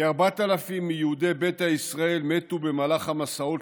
כ-4,000 מיהודי ביתא ישראל מתו במהלך המסעות